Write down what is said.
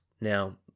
Now